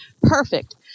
perfect